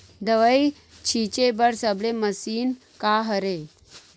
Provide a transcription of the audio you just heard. दवाई छिंचे बर सबले मशीन का हरे?